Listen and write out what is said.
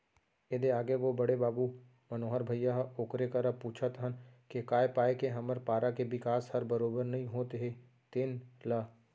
ए दे आगे गो बड़े बाबू मनोहर भइया ह ओकरे करा पूछत हन के काय पाय के हमर पारा के बिकास हर बरोबर नइ होत हे तेन ल